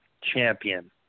champion